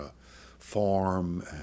farm